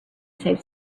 save